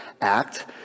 act—